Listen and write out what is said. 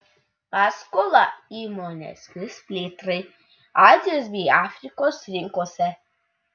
paskolą įmonė skirs plėtrai azijos bei afrikos rinkose